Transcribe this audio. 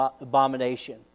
abomination